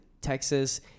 Texas